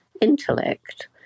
intellect